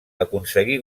aconseguí